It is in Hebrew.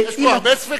יש פה הרבה ספקות,